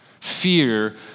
Fear